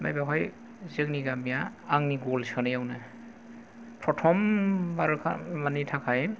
ओमफ्राय बेवहाय जोंनि गामिआ आंनि ग'ल सोनायावनो प्र'थम बारनि थाखाय